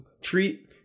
treat